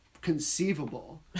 conceivable